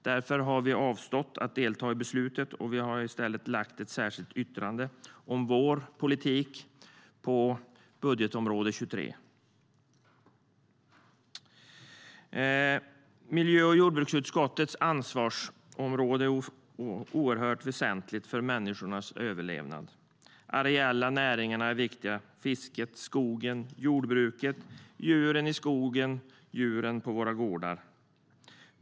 Därför har vi avstått från att delta i beslutet och har i stället avgett ett särskilt yttrande om vår politik på utgiftsområde 23.Miljö och jordbruksutskottets ansvarsområde är oerhört väsentligt för människornas överlevnad. De areella näringarna är viktiga. Det gäller fisket, skogen, jordbruket, djuren i skogen och djuren på våra gårdar.